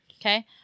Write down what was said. Okay